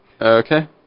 Okay